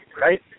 right